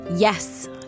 Yes